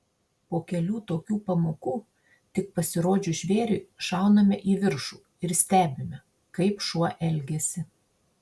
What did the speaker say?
po kelių tokių pamokų tik pasirodžius žvėriui šauname į viršų ir stebime kaip šuo elgiasi